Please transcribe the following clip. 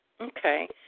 Okay